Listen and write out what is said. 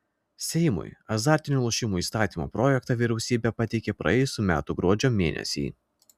seimui azartinių lošimų įstatymo projektą vyriausybė pateikė praėjusių metų gruodžio mėnesį